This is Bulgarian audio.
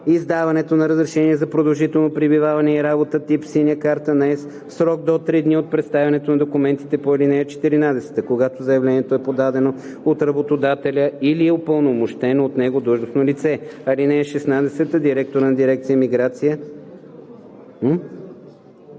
издаването на разрешение за продължително пребиваване и работа тип „Синя карта на ЕС“ в срок до три дни от представянето на документите по ал. 14, когато заявлението е подадено от работодателя или упълномощено от него лице. (16) Директорът на дирекция „Миграция“